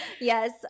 yes